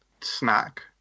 snack